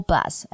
Bus